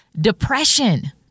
Depression